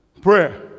prayer